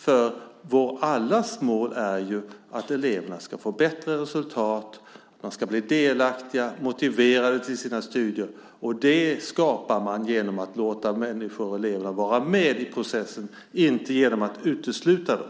Allas vårt mål är ju att eleverna ska få bättre resultat, de ska bli delaktiga och motiverade till sina studier. Det skapar man genom att låta eleverna vara med i processen, inte genom att utesluta dem.